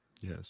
Yes